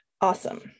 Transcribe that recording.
Awesome